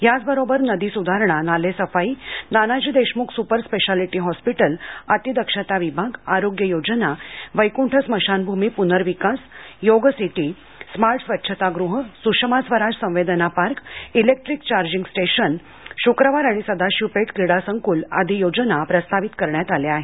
याचवरोबर नदी सुधारणा नालेसफाई Nanaji Deshmukh super speciality hospital अतिदक्षता विभाग आरोग्य योजना वैकुंठ स्मशानभूमी पुनर्विकास योग सिटी स्मार्ट स्वच्छतागृह सुषमा स्वराज संवेदना पार्क इलेक्ट्रिक चार्जिंग स्टेशन शक्रवार आणि सदाशिव पेठ क्रीडासंक्ल आदी योजना प्रस्तावित करण्यात आल्या आहेत